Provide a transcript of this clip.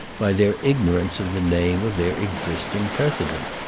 by their ignorance of the name of their existing president.